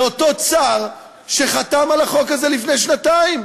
זה אותו צאר שחתם על החוק הזה לפני שנתיים,